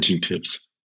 tips